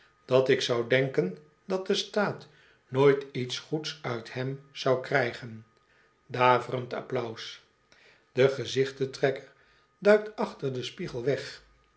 dat ik zou denken dat de staat nooit iets goeds uit hem zou krijgen daverend applaus de gezichten trekker duikt achter den spiegel weg